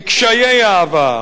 בקשיי העבר,